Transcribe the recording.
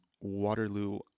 Waterloo